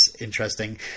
interesting